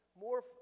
more